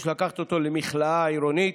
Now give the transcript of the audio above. יש לקחת אותו למכלאה העירונית,